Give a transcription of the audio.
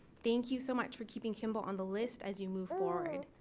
thank you so much for keeping kimball on the list as you move forward.